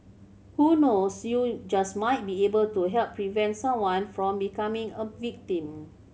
who knows you just might be able to help prevent someone from becoming a victim